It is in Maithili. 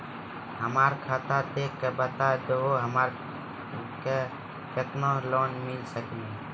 हमरा खाता देख के बता देहु हमरा के केतना के लोन मिल सकनी?